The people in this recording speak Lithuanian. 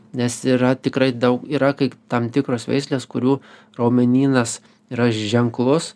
nes yra tikrai daug yra kaip tam tikros veislės kurių raumenynas yra ženklus